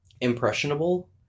impressionable